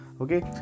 okay